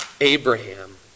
Abraham